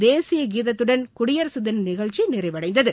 தேசிய கீதத்துடன் குடியரசு தின நிகழ்ச்சி நிறைவடைந்தது